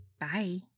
Bye